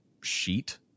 sheet